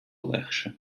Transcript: легше